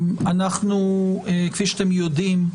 כפי שאתם יודעים,